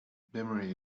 memory